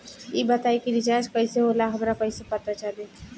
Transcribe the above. ई बताई कि रिचार्ज कइसे होला हमरा कइसे पता चली?